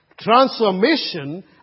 transformation